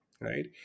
right